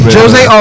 Jose